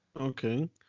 Okay